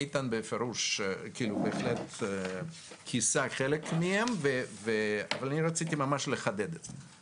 איתן בהחלט כיסה חלק מהם ואני רוצה לחדד את זה.